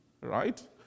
right